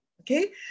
okay